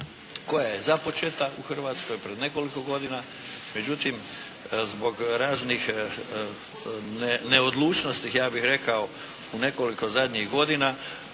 koja je započeta u Hrvatskoj pred nekoliko godina, međutim zbog raznih neodlučnosti ja bih rekao u nekoliko zadnjih godina,